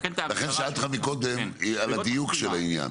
לכן שאלתי אותך מקודם על הדיוק של העניין.